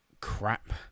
crap